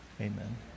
amen